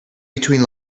between